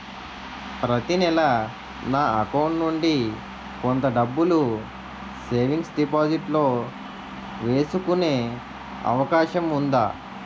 ప్రతి నెల నా అకౌంట్ నుండి కొంత డబ్బులు సేవింగ్స్ డెపోసిట్ లో వేసుకునే అవకాశం ఉందా?